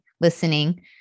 listening